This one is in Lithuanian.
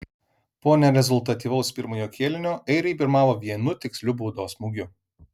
po nerezultatyvaus pirmojo kėlinio airiai pirmavo vienu tiksliu baudos smūgiu